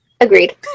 Agreed